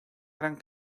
gran